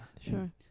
sure